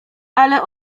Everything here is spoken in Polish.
ale